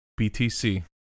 btc